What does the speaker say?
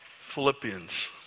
Philippians